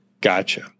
Gotcha